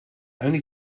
only